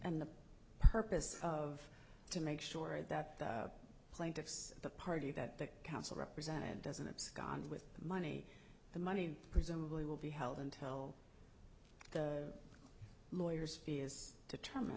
and the purpose of to make sure that the plaintiffs the party that the council represented doesn't abscond with money the money presumably will be held until the lawyers is determine